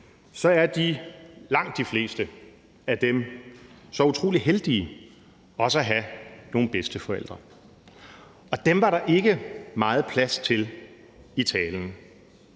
er langt de fleste af dem så utrolig heldige også at have nogle bedsteforældre, og dem var der ikke meget plads til i talen.